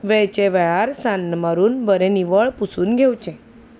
वेळचे वेळार सान्न मारून बरें निवळ पुसून घेवचें